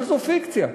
אבל זו פיקציה.